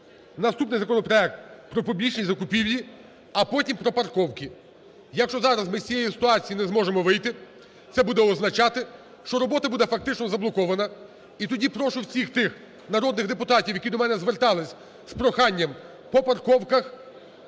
наступний законопроект - про публічні закупівлі, а потім – пропарковки. Якщо зараз цієї ситуації не зможемо вийти, це буде означати, що робота буде фактично заблокована. І тоді прошу всіх тих народних депутатів, які до мене зверталися з проханням по парковках,